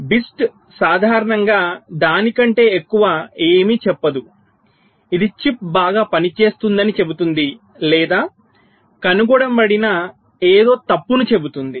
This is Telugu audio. కాబట్టి BIST సాధారణంగా దాని కంటే ఎక్కువ ఏమీ చెప్పదు ఇది చిప్ బాగా పనిచేస్తుందని చెబుతుంది లేదా కనుగొనబడిన ఏదో తప్పు ని చెబుతుంది